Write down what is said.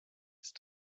ist